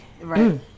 Right